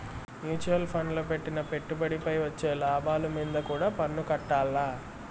mutual ఫండ్ల పెట్టిన పెట్టుబడిపై వచ్చే లాభాలు మీంద కూడా పన్నుకట్టాల్ల